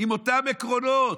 עם אותם עקרונות,